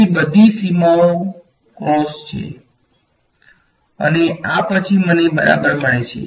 તેથી બધી સીમાઓ કૌંસ છે આ પછી મને બરાબર મળે છે